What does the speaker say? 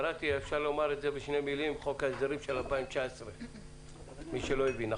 ולמי שלא הבין אפשר היה לומר את זה